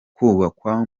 kubakwa